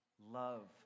Love